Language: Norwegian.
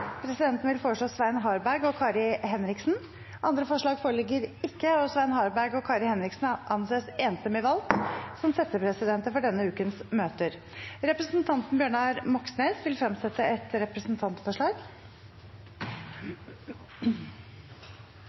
Presidenten vil foreslå Svein Harberg og Kari Henriksen. Andre forslag foreligger ikke, og Svein Harberg og Kari Henriksen anses enstemmig valgt som settepresidenter for denne ukens møter. Representanten Bjørnar Moxnes vil fremsette et representantforslag.